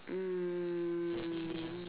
mm